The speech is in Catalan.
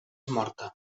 morta